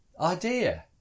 idea